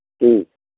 ठीक